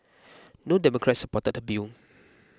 no Democrats supported the bill